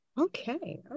Okay